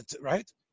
Right